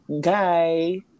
guy